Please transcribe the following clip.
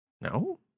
No